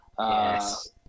Yes